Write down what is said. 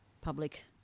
public